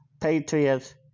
Patriots